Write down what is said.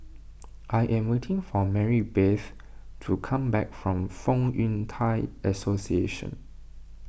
I am waiting for Marybeth to come back from Fong Yun Thai Association